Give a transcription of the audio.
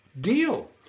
deal